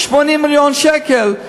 80 מיליון שקל,